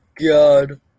God